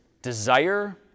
Desire